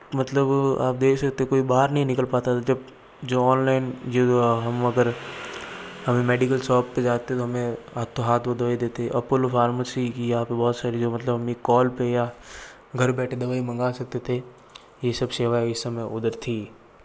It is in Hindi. मतलब आप देख सकते हो कोई बाहर नहीं निकल पाता था जब जो ऑनलाइन ये जो हम अगर हमें मेडीकल शॉप पे जाते तो हमें हाथों हाथ वो दवाई देते अपोलो फ़ारमेसी की यहाँ पे बहुत सारी जो मतलब अपनी कॉल पे या घर बैठे दवाई माँग सकते थे ये सब सेवाएं उस समय उधर थीं